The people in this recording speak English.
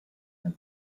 and